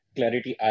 Clarity